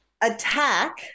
Attack